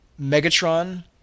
Megatron